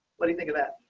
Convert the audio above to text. what do you think of that.